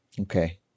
okay